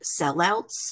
sellouts